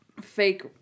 fake